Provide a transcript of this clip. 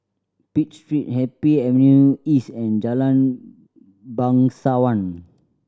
Pitt Street Happy Avenue East and Jalan Bangsawan